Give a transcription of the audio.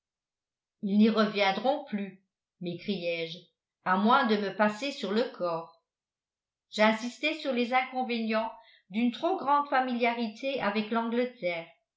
ils n'y reviendront plus m'écriai-je à moins de me passer sur le corps j'insistai sur les inconvénients d'une trop grande familiarité avec l'angleterre